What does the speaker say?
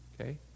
Okay